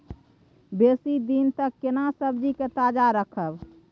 बेसी दिन तक केना सब्जी के ताजा रखब?